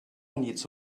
needs